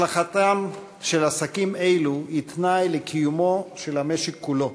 הצלחתם של עסקים אלו היא תנאי לקיומו של המשק כולו.